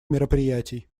мероприятий